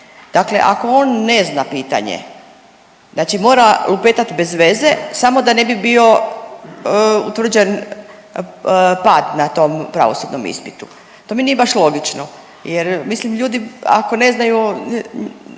Dakle, ako on ne zna pitanje znači mora lupetat bezveze samo da ne bi bio utvrđen pad na tom pravosudnom ispitu. To mi nije baš logično jer mislim ljudi ako ne znaju